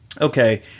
Okay